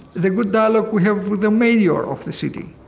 the good dialogue we have with the mayor of the city,